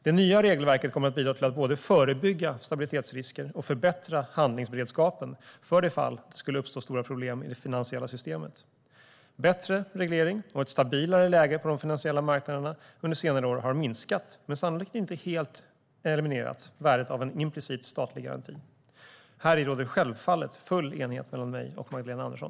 Det nya regelverket kommer att bidra till att både förebygga stabilitetsrisker och förbättra handlingsberedskapen för det fall det skulle uppstå stora problem i det finansiella systemet. Bättre reglering och ett stabilare läge på de finansiella marknaderna under senare år har minskat, men sannolikt inte helt eliminerat, värdet av en implicit statlig garanti. Härom råder självfallet full enighet mellan mig och Magdalena Andersson.